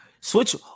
Switch